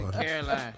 Caroline